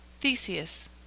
THESEUS